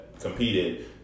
competed